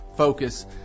focus